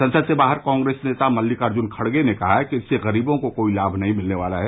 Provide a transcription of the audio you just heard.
संसद से बाहर कांग्रेस नेता मल्लिकार्जुन खड़गे ने कहा कि इससे गरीबों को कोई लाभ नहीं मिलने वाला है